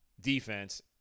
defense